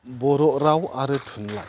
बर' राव आरो थुनलाइ